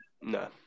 No